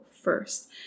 first